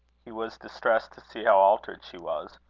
he was distressed to see how altered she was.